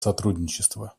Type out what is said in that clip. сотрудничества